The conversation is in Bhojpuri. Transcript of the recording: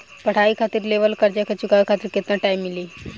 पढ़ाई खातिर लेवल कर्जा के चुकावे खातिर केतना टाइम मिली?